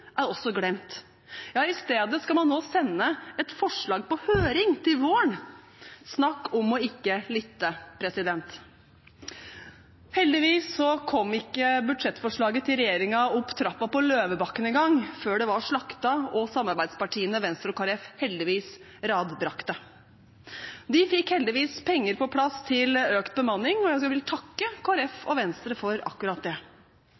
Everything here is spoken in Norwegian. er også glemt. I stedet skal man nå sende et forslag på høring til våren. Snakk om ikke å lytte. Heldigvis kom ikke budsjettforslaget til regjeringen opp trappen på Løvebakken engang før det var slaktet og før samarbeidspartiene Venstre og Kristelig Folkeparti, heldigvis, radbrekte det. De fikk heldigvis penger på plass til økt bemanning, og jeg vil takke Kristelig Folkeparti og Venstre for akkurat det.